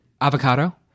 Avocado